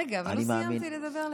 רגע, אבל לא סיימתי לדבר.